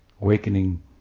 awakening